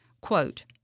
quote